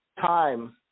time